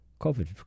COVID